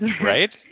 right